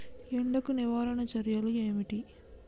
ఎండకు నివారణ చర్యలు ఏమిటి?